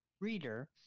reader